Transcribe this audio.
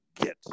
get